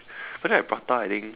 but then like prata I think